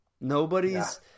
Nobody's